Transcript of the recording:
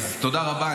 תודה רבה.